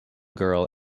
girl